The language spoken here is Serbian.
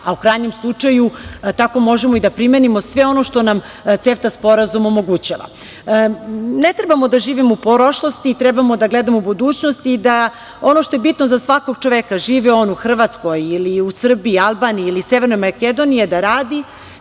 a u krajnjem slučaju tako možemo i da primenimo sve ono što nam CEFTA sporazum omogućava. Ne trebamo da živimo u prošlosti. Treba da gledamo u budućnost i da, ono što je bitno za svakog čoveka, živeo on u Hrvatskoj, Srbiji, Albaniji ili Severnoj Makedoniji, je da radi,